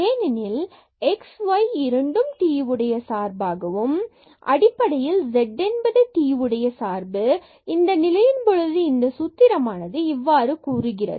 ஏனெனில் x மற்றும் y இவை இரண்டும் t உடைய சார்பாகவும் எனவே அடிப்படையில் z என்பது t உடைய சார்பு இந்த நிலையின் போது இந்த சூத்திரம் ஆனது இவ்வாறு கூறுகிறது